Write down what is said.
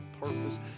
purpose